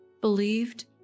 believed